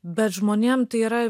bet žmonėm tai yra